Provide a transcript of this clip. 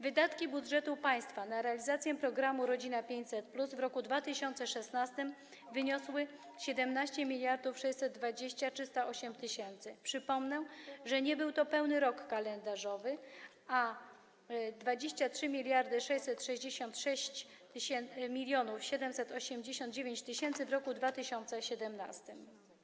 Wydatki budżetu państwa na realizację programu „Rodzina 500+” w roku 2016 wyniosły 17 620 308 tys. - przypomnę, że nie był to pełny rok kalendarzowy - a 23 766 789 tys. w roku 2017.